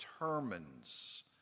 determines